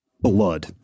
Blood